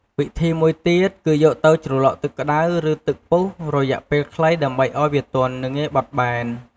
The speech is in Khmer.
វិធីមួយទៀត គឺយកទៅជ្រលក់ទឹកក្តៅ ឬទឹកពុះរយៈពេលខ្លីដើម្បីឱ្យវាទន់ និងងាយបត់បែន។